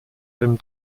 dem